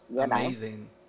amazing